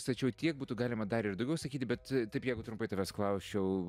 tačiau tiek būtų galima dar ir daugiau sakyti bet taip jeigu trumpai tavęs klausčiau